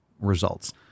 results